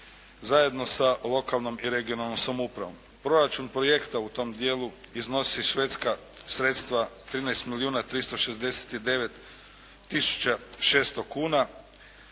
zajedno sa lokalnom i regionalnom samoupravom. Proračun projekta u tom dijelu iznosi švedska sredstva 13 milijuna